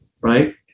right